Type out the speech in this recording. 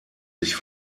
sich